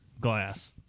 glass